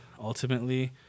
ultimately